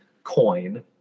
coin